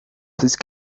please